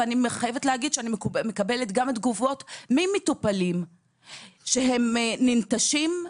אבל גם תגובות ממטופלים על כך שהם ננטשים,